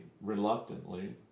reluctantly